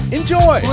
Enjoy